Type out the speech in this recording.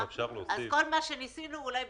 אני מבקש ממשרד החינוך שיציגו לנו את